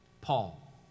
Paul